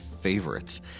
favorites